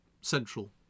central